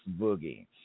Boogie